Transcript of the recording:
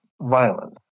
violence